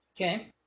Okay